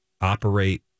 operate